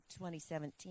2017